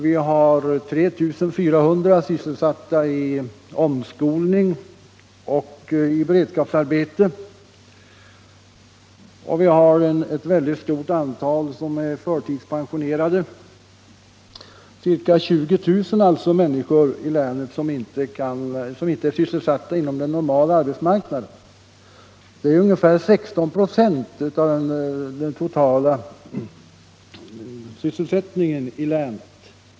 Vi har 3400 sysselsatta i omskolning och beredskapsarbeten, och vi har ett mycket stort antal Nr 58 förtidspensionerade. Det är sålunda ca 20 000 personer i länet som inte Tisdagen den är sysselsatta på den normala arbetsmarknaden. Det är 16 96 av den totala 3 februari 1976 sysselsättningen i länet.